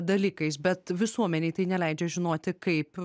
dalykais bet visuomenei tai neleidžia žinoti kaip